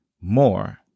more